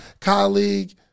colleague